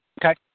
Okay